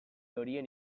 horien